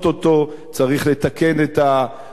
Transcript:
צריך לתקן את העוול,